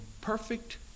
perfect